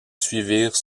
suivirent